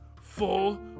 full